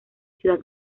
ciudad